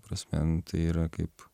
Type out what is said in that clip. prasme nu tai yra kaip